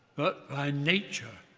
but by nature,